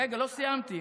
רגע, לא סיימתי.